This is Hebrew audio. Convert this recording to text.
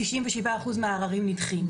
97 אחוז מהערערים נדחים,